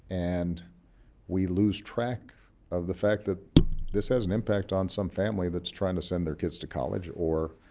and we lose track of the fact that this has an impact on some family that's trying to send their kids to college, or